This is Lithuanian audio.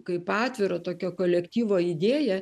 kaip atviro tokio kolektyvo idėja